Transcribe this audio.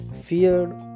feared